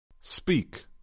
Speak